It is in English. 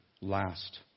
last